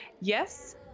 yes